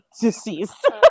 deceased